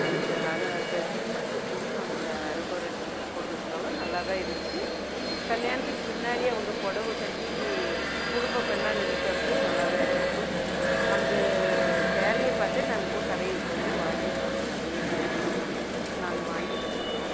அந்த அரை க திருமணத்துக் முன்னே அவங்க அரக்கொரை ட்ரெஸ் போட்டுருந்தாலும்கூட நல்லா தான் இருந்துச்சு கல்யாணத்துக்கு பின்னாடி அவங்க புடவ கட்டி குடும்ப பெண்ணாக நடிச்ச அப்போயும் நல்லா தான் இருந்துச்சு அந்த சேரீயை பார்த்தே நாங்கள் இப்போ கடையில் போய் வாங்கி நாங்கள் அதே மாதிரி சேரீ நாங்கள் வாங்கி கட்டிக்குனோம்